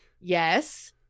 Yes